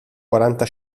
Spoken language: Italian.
quaranta